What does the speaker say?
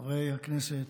חברי הכנסת,